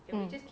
mm